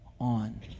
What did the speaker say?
on